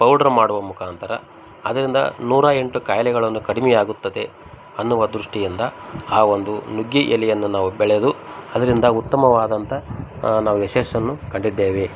powder ಮಾಡುವ ಮುಖಾಂತರ ಅದರಿಂದ ನೂರ ಎಂಟು ಖಾಯಿಲೆಗಳನ್ನು ಕಡಿಮೆಯಾಗುತ್ತದೆ ಅನ್ನುವ ದೃಷ್ಟಿಯಿಂದ ಆ ಒಂದು ನುಗ್ಗೆ ಎಲೆಯನ್ನು ನಾವು ಬೆಳೆದು ಅದರಿಂದ ಉತ್ತಮವಾದಂತ ನಾವು ಯಶಸ್ಸನ್ನು ಕಂಡಿದ್ದೇವೆ